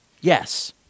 Yes